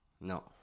No